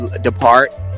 Depart